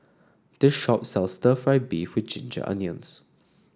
this shop sells stir fry beef with Ginger Onions